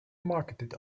marketed